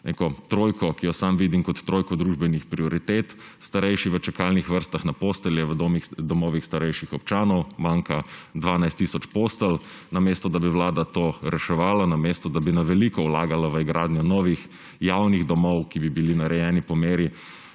neko trojko, ki jo sam vidim kot trojko družbenih prioritet, starejši v čakalnih vrstah na postelje, v domovih starejših občanov manjka 12 tisoč postelj. Namesto da bi vlada to reševala, namesto da bi na veliko vlagala v gradnjo novih javnih domov, ki bi bili narejeni po meri